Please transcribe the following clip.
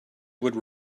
would